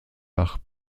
nach